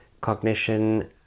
cognition